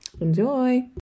Enjoy